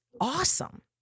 awesome